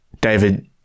David